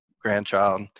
grandchild